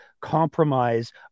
compromise